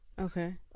okay